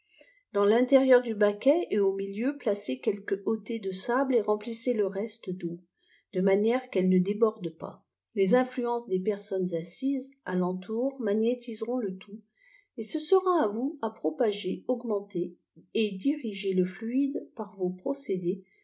dans tinlérieur du baquet jw au iblïi'uj tacèz quelquè hqltées de sable et remplissez le reste de de manière qu'elle ne déborde pas les influenceà des pêf spnïies assises à renidur uiagnéti seront le toûtj fet ce seîra à vous à propager augmenter et diriger le fluide par vos procédés